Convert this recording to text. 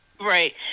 Right